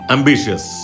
Ambitious